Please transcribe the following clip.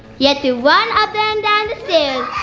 yeah to run up and down the stairs